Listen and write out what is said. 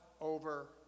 over